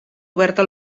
oberta